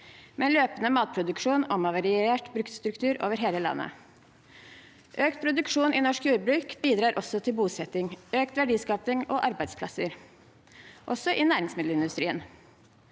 en løpende matproduksjon og en variert bruksstruktur over hele landet. Økt produksjon i norsk jordbruk bidrar også til bosetting, økt verdiskaping og arbeidsplasser, også i næringsmiddelindustrien.